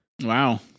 Wow